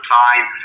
time